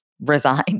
resign